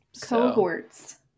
cohorts